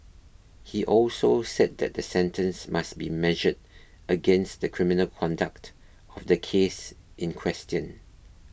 he also said that the sentence must be measured against the criminal conduct of the case in question